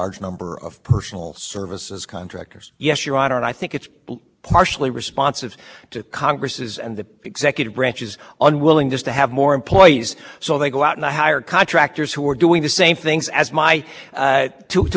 and that's what most of the scandals are about the thousand dollars in new jersey anyone who's got a business with a big contract surely could afford a thousand dollars if you're concerned about them being very much similar to employees is certainly the case that in the states